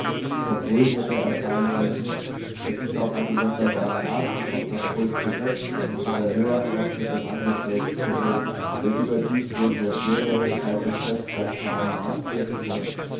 vom pult hätte er fallen müssen es ist auch eine sonderbare art sich auf das pult zu setzen und von der höhe herab mit dem angestellten zu reden der überdies wegen der schwerhörigkeit des chefs ganz nahe herantreten muß